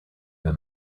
than